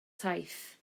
taith